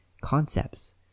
concepts